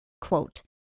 quote